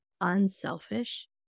unselfish